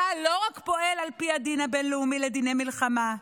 צה"ל לא רק פועל על פי הדין הבין-לאומי לדיני מלחמה,